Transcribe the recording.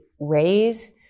raise